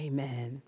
Amen